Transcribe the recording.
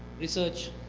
research.